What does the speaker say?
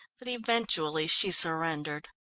that eventually she surrendered.